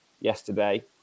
yesterday